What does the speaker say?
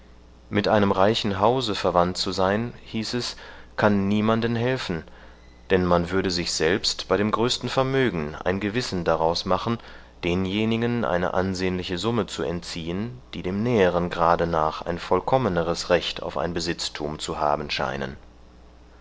mit einem reichen hause verwandt zu sein hieß es kann niemanden helfen denn man würde sich selbst bei dem größten vermögen ein gewissen daraus machen denjenigen eine ansehnliche summe zu entziehen die dem näheren grade nach ein vollkommeneres recht auf ein besitztum zu haben scheinen